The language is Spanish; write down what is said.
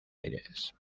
aires